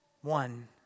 One